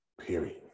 Period